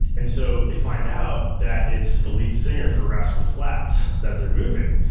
and so they find out that it's the lead singer for rascal flatts that they're moving,